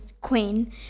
queen